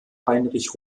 heinrich